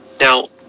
Now